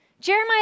Jeremiah